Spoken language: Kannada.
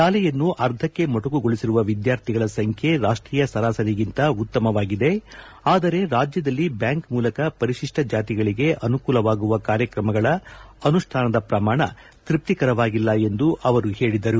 ಶಾಲೆಯನ್ನು ಅರ್ಧಕ್ಕೆ ಮೊಟಕುಗೊಳಿಸಿರುವ ವಿದ್ಯಾರ್ಥಿಗಳ ಸಂಖ್ಯೆ ರಾಷ್ಟೀಯ ಸರಾಸರಿಗಿಂತ ಉತ್ತಮವಾಗಿದೆ ಆದರೆ ರಾಜ್ಯದಲ್ಲಿ ಬ್ಯಾಂಕ್ ಮೂಲಕ ಪರಿಶಿಷ್ಟ ಜಾತಿಗಳಿಗೆ ಅನುಕೂಲವಾಗುವ ಕಾರ್ಕ್ರಮಗಳ ಅನುಷ್ಠಾನದ ಪ್ರಮಾಣ ತೃಪ್ತಿಕರವಾಗಿಲ್ಲ ಎಂದು ಅವರು ಹೇಳಿದರು